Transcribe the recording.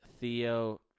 Theo